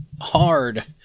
hard